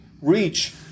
reach